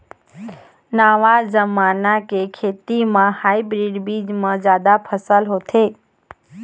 नवा जमाना के खेती म हाइब्रिड बीज म जादा फसल होथे